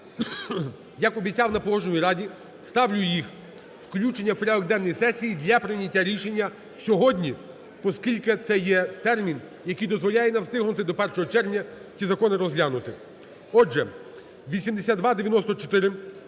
як обіцяв на Погоджувальній раді, ставлю їх включення в порядок денний сесії для прийняття рішення сьогодні, оскільки це є термін, який дозволяє нам встигнути до 1 червня ці закони розглянути. Отже, 8294